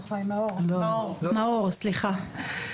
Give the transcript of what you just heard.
בבקשה.